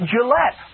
Gillette